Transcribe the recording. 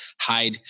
hide